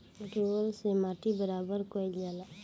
roller से माटी बराबर कइल जाला